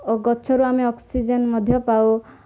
ଓ ଗଛରୁ ଆମେ ଅକ୍ସିଜେନ୍ ମଧ୍ୟ ପାଉ